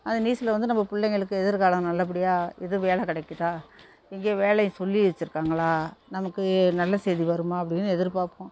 அந்த நியூஸில் வந்து நம்ம பிள்ளைங்களுக்கு எதிர்காலம் நல்லப்படியாக இது வேலை கிடைக்கிதா எங்கையோ வேலையை சொல்லி வச்சிருக்காங்களா நமக்கு நல்ல செய்தி வருமா அப்படின்னு எதிர்பார்ப்போம்